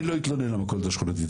אני לא אתלונן על המכולת השכונתית.